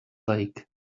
lake